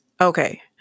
Okay